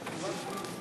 הכנסת,